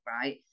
right